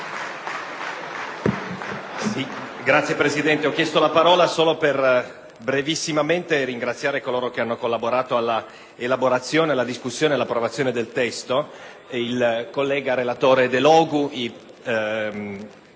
Signor Presidente, ho chiesto la parola solo per ringraziare brevemente coloro che hanno collaborato all'elaborazione, alla discussione e all'approvazione del testo: